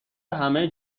همه